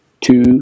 two